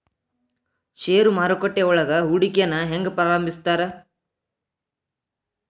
ಷೇರು ಮಾರುಕಟ್ಟೆಯೊಳಗ ಹೂಡಿಕೆನ ಹೆಂಗ ಪ್ರಾರಂಭಿಸ್ತಾರ